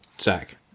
Zach